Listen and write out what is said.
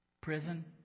prison